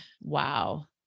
Wow